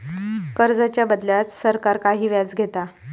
कर्जाच्या बदल्यात सरकार काही व्याज घेता